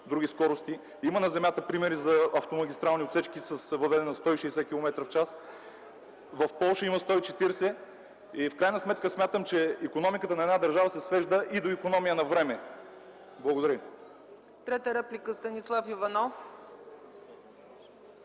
други скорости, има на земята примери за автомагистрални отсечки с водене на 160 км/час, в Полша – 140, и в крайна сметка смятам, че икономиката на една държава се свежда и до икономия на време. Благодаря. ПРЕДСЕДАТЕЛ ЦЕЦКА